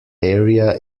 area